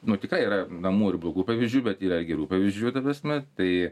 nu tikrai yra namų ir blogų pavyzdžių bet yra ir gerų pavyzdžių ta prasme tai